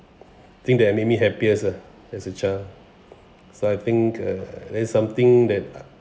thing that make me happiest lah as a child so I think uh that's something that